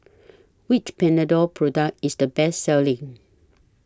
Which Panadol Product IS The Best Selling